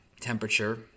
temperature